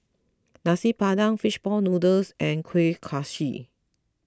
Nasi Padang Fish Ball Noodles and Kuih Kaswi